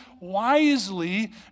wisely